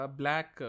black